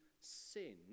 sin